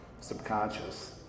subconscious